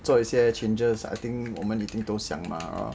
做一些 changes I think 我们一定都想 mah